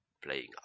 playing